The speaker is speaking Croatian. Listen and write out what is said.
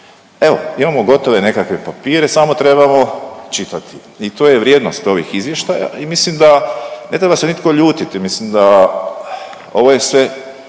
Evo imamo govore nekakve papire, samo trebamo čitati i to je vrijednost ovih izvještaja i mislim da ne treba se nitko ljutiti, mislim da ovo je sve